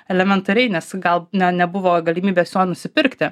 elementariai nes gal ne nebuvo galimybės jo nusipirkti